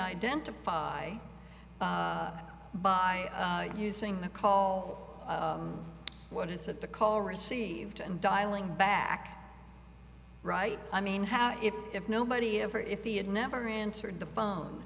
identify by using the call when it's at the call received and dialing back right i mean how if if nobody ever if he had never entered the phone